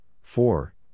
four